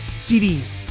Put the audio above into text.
CDs